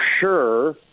sure